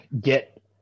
get